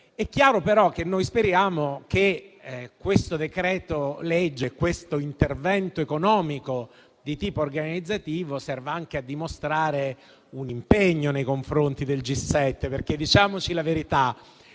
È chiaro però che speriamo che questo decreto-legge, questo intervento economico di tipo organizzativo, serva anche a dimostrare un impegno nei confronti del G7. La nostra